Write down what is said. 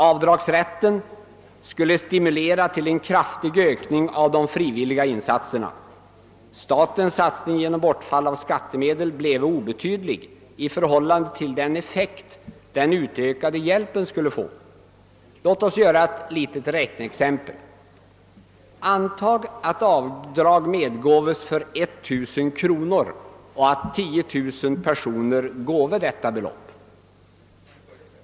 Avdragsrätten skulle stimulera till en kraftig ökning av de frivilliga insatserna. Statens bortfall av skattemedel bleve obetydlig i förhållande till den effekt den utökade hjälpen skulle få. Låt oss göra ett litet räkneexempel. Antag att avdrag medgåves för 1000 kronor och att 10000 personer skänkte detta belopp.